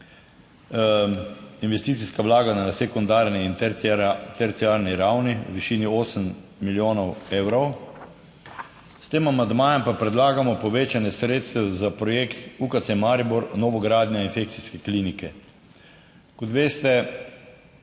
investicijska vlaganja na sekundarni in terciarni ravni v višini 8 milijonov evrov. S tem amandmajem pa predlagamo povečanje sredstev za projekt UKC Maribor novogradnja infekcijske klinike. Kot veste